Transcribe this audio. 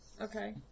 Okay